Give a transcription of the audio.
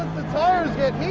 the tires get heat